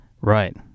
Right